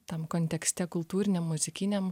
tam kontekste kultūriniam muzikiniam